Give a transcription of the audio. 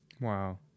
Wow